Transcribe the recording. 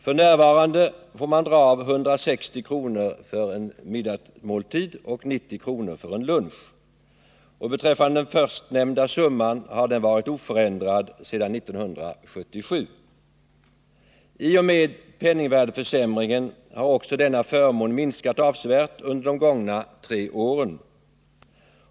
F. n. får man dra av 160 kr. för en middagsmåltid och 90 kr. för en lunch. Den förstnämnda summan har varit oförändrad sedan 1977. I och med penningvärdeförsämringen har också denna förmån minskat avsevärt under de gångna tre åren.